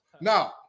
Now